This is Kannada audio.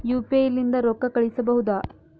ಯು.ಪಿ.ಐ ಲಿಂದ ರೊಕ್ಕ ಕಳಿಸಬಹುದಾ?